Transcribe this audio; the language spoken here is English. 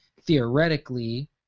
theoretically